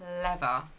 clever